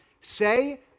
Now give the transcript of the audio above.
say